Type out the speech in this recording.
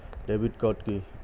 Debit card key?